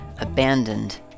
abandoned